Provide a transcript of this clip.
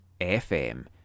FM